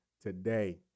today